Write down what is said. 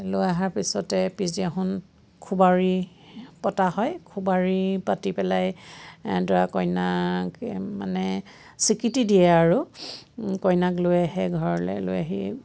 লৈ আহাৰ পিছতে পিছদিনাখন খোবাৰি পতা হয় খোবাৰি পাতি পেলাই দৰা কইনাক মানে স্বীকৃতি দিয়ে আৰু কইনাক লৈ আহে ঘৰলৈ লৈ আহি